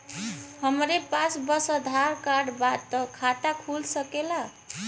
हमरे पास बस आधार कार्ड बा त खाता खुल सकेला?